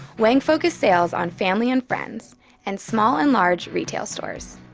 wang focused sales on family and friends and small and large retail stores.